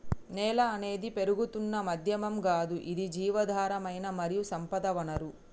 నేల అనేది పెరుగుతున్న మాధ్యమం గాదు ఇది జీవధారమైన మరియు సంపద వనరు